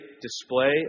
display